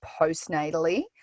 postnatally